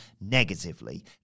negatively